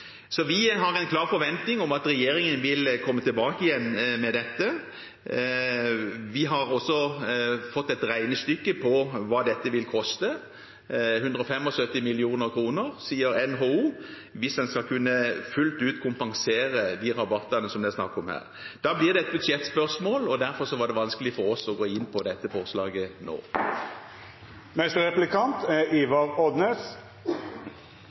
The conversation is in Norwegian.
Så vi har en klar forventning om at regjeringen vil komme tilbake med dette. Vi har også fått et regnestykke på hva dette vil koste: 175 mill. kr, sier NHO, hvis en skal kunne fullt ut kompensere de rabattene det er snakk om her. Da blir det et budsjettspørsmål, og derfor var det vanskelig for oss å gå inn på dette forslaget nå.